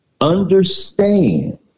understand